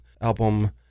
album